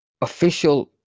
official